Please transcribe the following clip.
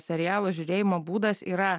serialo žiūrėjimo būdas yra